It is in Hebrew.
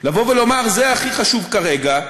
לבוא ולומר שזה הכי חשוב כרגע,